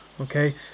Okay